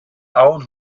old